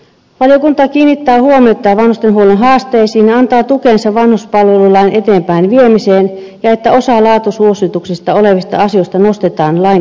valiokunta kiinnittää huomiota vanhustenhuollon haasteisiin ja antaa tukensa vanhuspalvelulain eteenpäinviemiseen ja siihen että osa laatusuosituksina olevista asioista nostetaan lain tasolle